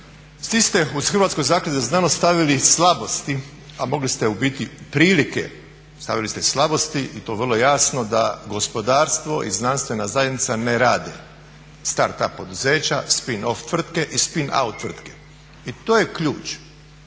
Svi ste uz Hrvatsku zakladu za znanost stavili slabosti, a mogli ste u biti prilike, stavili ste slabosti i to vrlo jasno da gospodarstvo i znanstvena zajednica ne rade. Start up poduzeća, spin off tvrtke i spin out tvrtke i to je ključ.